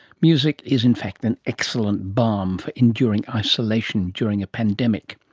music is in fact an excellent balm for enduring isolation during a pandemic.